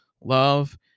love